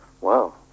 wow